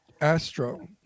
Astro